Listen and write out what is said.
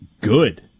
good